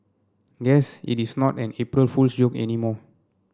guess it is not an April Fool's joke anymore